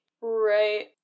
Right